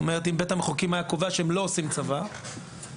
אם בית המחוקקים היה קובע שהם לא עושים צבא אז